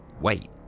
Wait